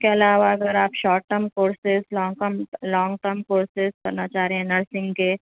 اس کے علاوہ اگر آپ short term courses long term long term courses کرنا چاہ رہی ہیں نرسنگ کے